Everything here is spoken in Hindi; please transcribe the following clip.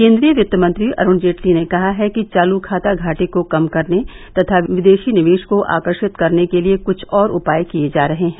केन्द्रीय वित्त मंत्री अरूण जेटली ने कहा है कि चालूखाता घाटे को कम करने तथा विदेशी निवेश को आकर्षित करने के लिए कुछ और उपाय किये जा रहे हैं